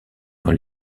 dans